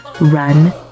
run